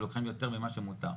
שלוקחים לו יותר ממה שמותר.